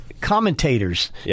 commentators